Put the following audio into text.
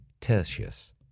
Tertius